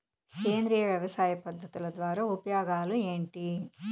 సేంద్రియ వ్యవసాయ పద్ధతుల ద్వారా ఉపయోగాలు ఏంటి?